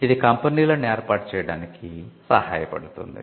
ఇది కంపెనీలను ఏర్పాటు చేయడానికి సహాయపడుతుంది